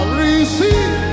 receive